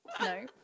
No